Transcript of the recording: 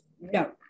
no